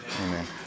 amen